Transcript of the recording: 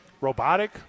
robotic